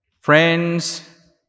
friends